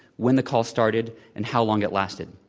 when the call started and how long it lasted.